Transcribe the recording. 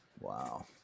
Wow